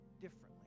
differently